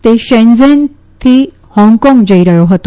તે શેનઝેનથી હોંગકોંગ જઇ રહ્યો હતો